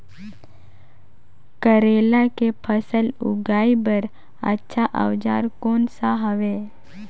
करेला के फसल उगाई बार अच्छा औजार कोन सा हवे?